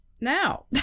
now